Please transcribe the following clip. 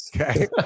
Okay